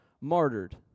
Martyred